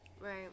Right